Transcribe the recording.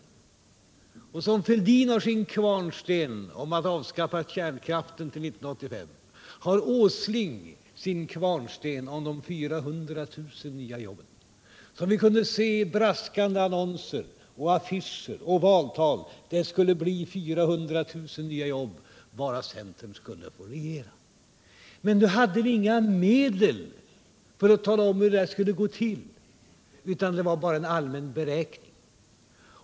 Liksom herr Fälldin har sin kvarnsten om att avskaffa kärnkraften till 1985, har herr Åsling sin kvarnsten om de 400 000 nya jobben. I braskande annonser, affischer och valtal kunde vi se och höra att det skulle bli 400 000 nya jobb bara centern fick regeringsmakten. Men ni hade inga medel för att tala om hur det skulle gå till, utan det var bara en allmän beräkning.